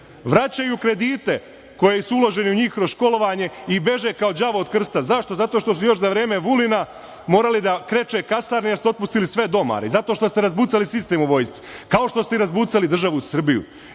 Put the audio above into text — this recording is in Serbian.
Vraćaju kredite koji su uloženi u njih kroz školovanje i beže kao đavo od krsta. Zašto? Zato što su još za vreme Vulina morali da kreče kasarne jer ste otpustili sve domare i zato što ste razbucali sistem u vojsci, kao što ste i razbucali državu Srbiju. Nemojte